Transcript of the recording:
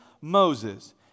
Moses